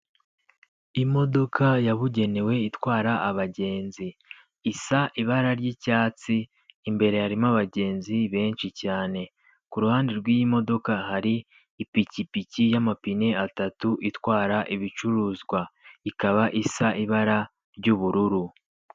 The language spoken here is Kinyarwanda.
Imodoka yabugenewe itwara abagenzi, isa ibara ry'icyatsi, imbere harimo abagenzi benshi cyane, ku ruhande rw'iyi modoka hari ipikipiki y'amapine atatu itwara ibicuruzwa, ikaba isa ibara ry'ubururu.